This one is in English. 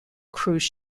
cruise